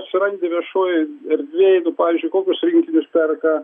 surandi viešojoj erdvėj nu pavyzdžiui kokius rinkinius perka